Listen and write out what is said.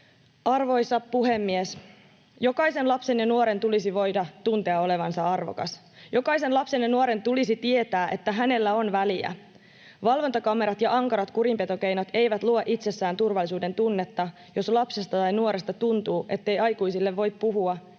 Arvoisa puhemies! Jokaisen lapsen ja nuoren tulisi voida tuntea olevansa arvokas. Jokaisen lapsen ja nuoren tulisi tietää, että hänellä on väliä. Valvontakamerat ja ankarat kurinpitokeinot eivät luo itsessään turvallisuudentunnetta, jos lapsesta tai nuoresta tuntuu, ettei aikuisille voi puhua,